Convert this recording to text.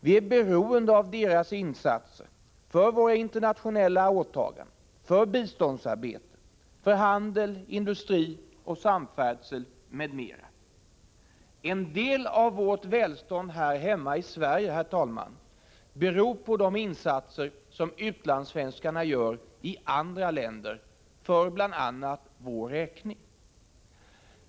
Vi är beroende av deras insatser för våra internationella åtaganden, för biståndsarbetet, för handel, industri och samfärdsel m.m. En del av vårt välstånd här hemma i Sverige, herr talman, beror på de insatser som utlandssvenskarna gör i andra länder för bl.a. vår räkning.